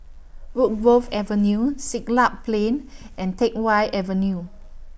Woodgrove Avenue Siglap Plain and Teck Whye Avenue